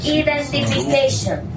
identification